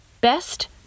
best